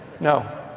No